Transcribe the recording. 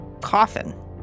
coffin